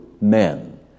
men